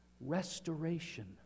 restoration